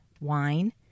wine